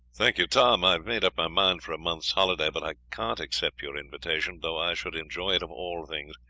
thank you, tom i have made up my mind for a month's holiday, but i can't accept your invitation, though i should enjoy it of all things.